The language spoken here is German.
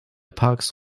parks